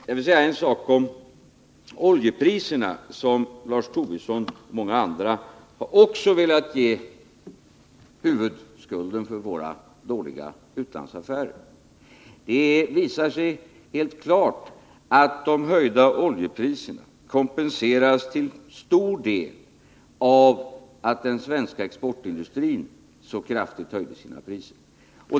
Jag vill säga en sak om oljepriserna, som Lars Tobisson och många andra också har velat ge huvudskulden för våra dåliga utlandsaffärer. Det visar sig helt klart att de höjda oljepriserna till stor del kompenseras av att den svenska exportindustrin så kraftigt höjde sina priser.